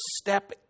step